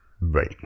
Right